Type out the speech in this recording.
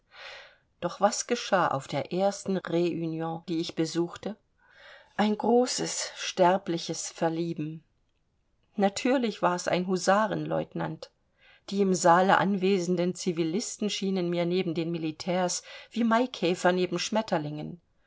doch was geschah auf der ersten reunion die ich besuchte ein großes sterbliches verlieben natürlich war's ein husarenlieutenant die im saale anwesenden civilisten schienen mir neben den militärs wie maikäfer neben schmetterlingen